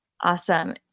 Awesome